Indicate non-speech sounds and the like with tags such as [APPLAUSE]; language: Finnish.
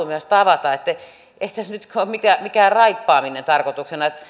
[UNINTELLIGIBLE] myös tavata ei tässä nyt ole mikään raippaaminen tarkoituksena